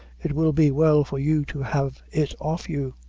it will be well for you to have it off you.